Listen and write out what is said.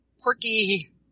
Quirky